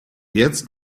jetzt